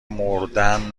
مردن